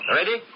Ready